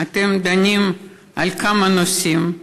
אתם דנים על כמה נושאים.